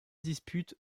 dispute